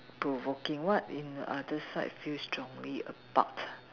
provoking what in the other side feel strongly about ah